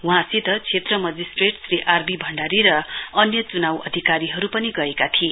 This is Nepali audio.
वहाँसित क्षेत्र magistrate Shri R V Bhandari र अन्य चुनाउ अधिकारीहरु पनि गएका थिए